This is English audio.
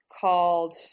called